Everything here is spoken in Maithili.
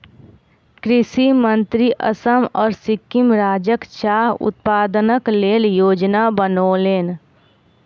कृषि मंत्री असम आ सिक्किम राज्यक चाह उत्पादनक लेल योजना बनौलैन